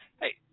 Hey